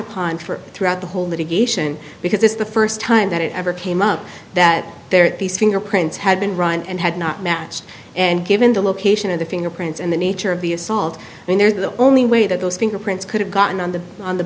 upon for throughout the whole litigation because it's the first time that it ever came up that their fingerprints had been run and had not matched and given the location of the fingerprints and the nature of the assault and they're the only way that those fingerprints could have gotten on the on the